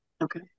Okay